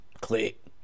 Click